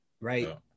right